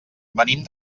venim